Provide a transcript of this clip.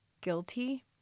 guilty